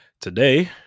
today